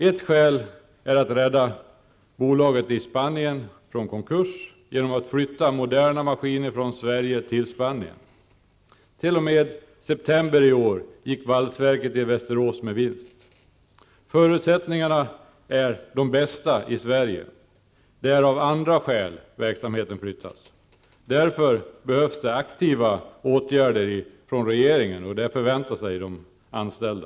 Ett skäl är att man skall rädda bolaget i Spanien från konkurs genom att flytta moderna maskiner från Sverige till Västerås med vinst. Förutsättningarna är de bästa i Sverige. Det är av andra skäl som verksamheten flyttas. Därför behövs det aktiva åtgärder från regeringen, och det förväntar sig de anställda.